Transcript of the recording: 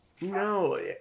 No